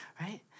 right